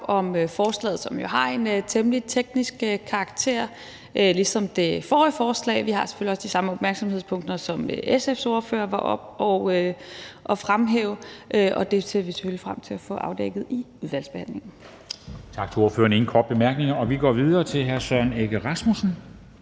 om forslaget, som jo har en temmelig teknisk karakter ligesom det forrige forslag. Vi har selvfølgelig også de samme opmærksomhedspunkter, som SF's ordfører var oppe at fremhæve. Det ser vi selvfølgelig frem til at få afdækket i udvalgsbehandlingen. Kl. 13:34 Formanden (Henrik Dam Kristensen): Tak til ordføreren.